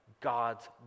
God's